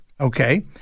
Okay